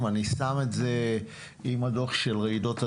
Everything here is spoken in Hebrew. ואני שם את זה עם הדוח של רעידות אדמה,